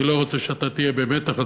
אני לא רוצה שאתה תהיה במתח,